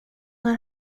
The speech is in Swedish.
när